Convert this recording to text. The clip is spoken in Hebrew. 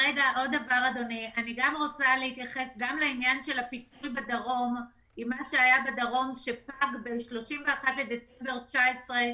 אני רוצה להתייחס גם לעניין של הפיצוי בדרום שפג ב-31 בדצמבר 19',